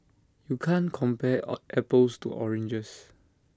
you can't compare all apples to oranges